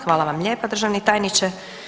Hvala vam lijepa državni tajniče.